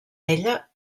ella